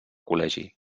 col·legi